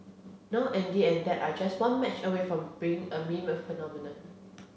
now Andy and dad are just one match away from becoming a meme phenomenon